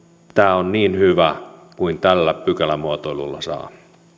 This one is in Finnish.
tämä on niin hyvä kuin tällä pykälämuotoilulla saa